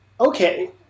okay